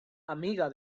amiga